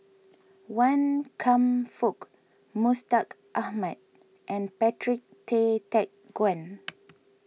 Wan Kam Fook Mustaq Ahmad and Patrick Tay Teck Guan